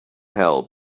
help